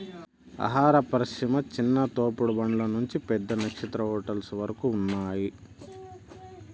ఆహార పరిశ్రమ చిన్న తోపుడు బండ్ల నుంచి పెద్ద నక్షత్ర హోటల్స్ వరకు ఉన్నాయ్